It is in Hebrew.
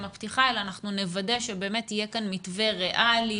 הפתיחה אלא אנחנו נוודא שבאמת יהיה כאן מתווה ריאלי,